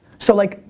so, like,